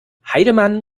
heidemann